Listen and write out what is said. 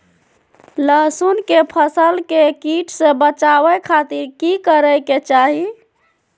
लहसुन के फसल के कीट से बचावे खातिर की करे के चाही?